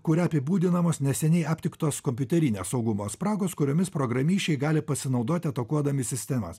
kuria apibūdinamos neseniai aptiktos kompiuterinio saugumo spragos kuriomis programišiai gali pasinaudoti atakuodami sistemas